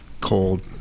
cold